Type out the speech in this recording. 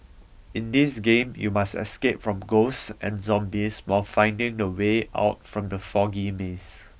in this game you must escape from ghosts and zombies while finding the way out from the foggy maze